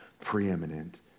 preeminent